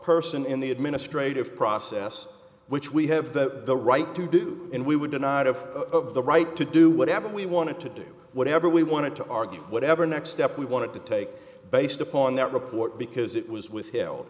person in the administrative process which we have that the right to do and we were denied of of the right to do whatever we wanted to do whatever we wanted to argue whatever next step we wanted to take based upon that report because it was with him